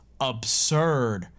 absurd